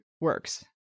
works